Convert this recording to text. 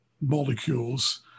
molecules